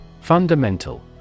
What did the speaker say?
Fundamental